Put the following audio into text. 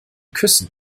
küssen